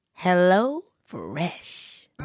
HelloFresh